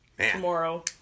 tomorrow